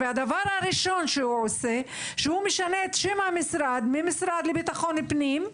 והדבר הראשון שהוא עושה זה לשנות את שם המשרד מהמשרד לביטחון הפנים,